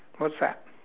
what's that